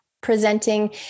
presenting